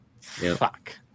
Fuck